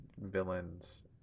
villains